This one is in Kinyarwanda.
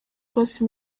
rwose